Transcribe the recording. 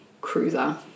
cruiser